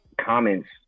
comments